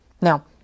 Now